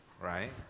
right